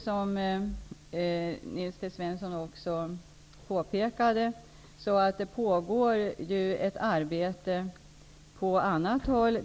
Som Nils T Svensson också påpekade pågår det ju ett arbete på annat håll.